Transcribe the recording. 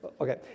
Okay